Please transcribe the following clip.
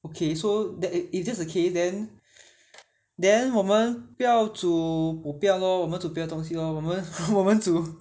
okay so that if if that's the case then then 我们不要煮 popiah lor 我们煮别的东西 lor 我们 我们煮